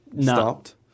stopped